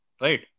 right